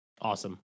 Awesome